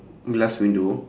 last window